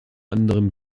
anderem